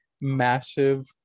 massive